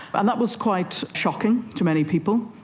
and that was quite shocking to many people.